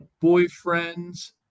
boyfriend's